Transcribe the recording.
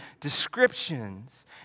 descriptions